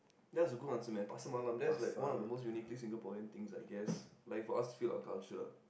that's a good answer man pasar malam that's like one of the most unity Singaporean things I guess like for us feel our culture